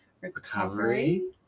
Recovery